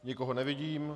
Nikoho nevidím.